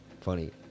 Funny